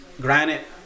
granite